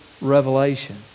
revelation